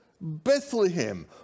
Bethlehem